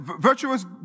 virtuous